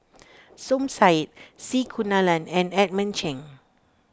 Som Said C Kunalan and Edmund Cheng